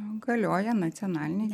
galioja nacionaliniai